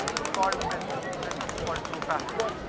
it's called. the business the business is called true factor.